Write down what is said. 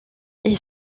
est